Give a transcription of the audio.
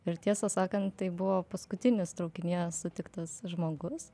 ir tiesą sakant tai buvo paskutinis traukinyje sutiktas žmogus